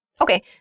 Okay